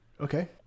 Okay